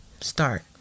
start